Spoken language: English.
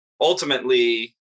ultimately